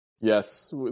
Yes